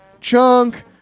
Chunk